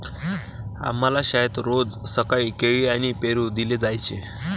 आम्हाला शाळेत रोज सकाळी केळी आणि पेरू दिले जायचे